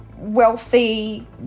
wealthy